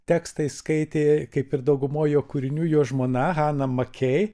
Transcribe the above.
tekstą įskaitė kaip ir daugumoj jo kūrinių jo žmona hana makei